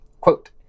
Quote